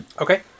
Okay